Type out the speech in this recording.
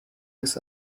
his